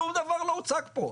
שום דבר לא הוצג פה,